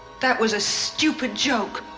that was a stupid joke.